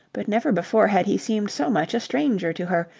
but never before had he seemed so much a stranger to her,